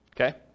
Okay